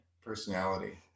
personality